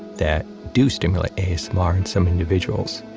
that do stimulate asmr in some individuals,